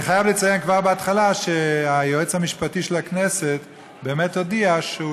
אני חייב לציין כבר בהתחלה שהיועץ המשפטי לכנסת באמת הודיע שהוא